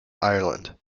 ireland